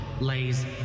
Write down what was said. lays